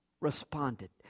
Responded